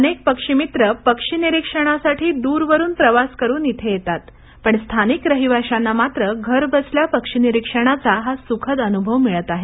अनेक पक्षीमित्र पक्षीनिरीक्षणासाठी द्रवरून प्रवास करून इथे येतात पण स्थानिक रहिवाश्यांना मात्र घरबसल्या पक्षीनिरीक्षणाचा स्खद अन्भव मिळत आहे